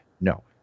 no